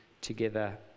together